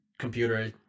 computer